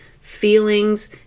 feelings